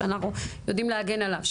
שיודעים להגן עליו,